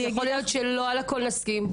יכול להיות שלא על הכול נסכים.